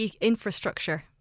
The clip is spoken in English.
infrastructure